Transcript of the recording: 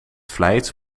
vlijt